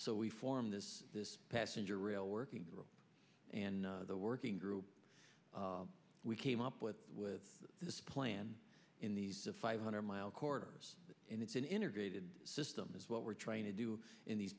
so we form this passenger rail working and the working group we came up with with this plan in these five hundred mile corridors and it's an integrated system is what we're trying to do in these